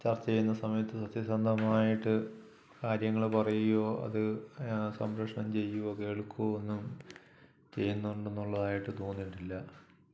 ചർച്ച ചെയ്യുന്ന സമയത്ത് സത്യസന്ധമായിട്ട് കാര്യങ്ങൾ പറയുകയോ അത് സംരഷണം ചെയ്യുകയോ കേൾക്കുകയോ ഒന്നും ചെയ്യുന്നുണ്ടെന്നുള്ളതായിട്ട് തോന്നീട്ടില്ല